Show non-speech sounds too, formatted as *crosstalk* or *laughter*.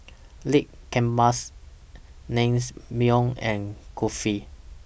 Lamb Kebabs *unintelligible* and Kulfi